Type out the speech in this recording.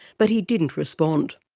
but he didn't respond.